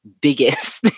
biggest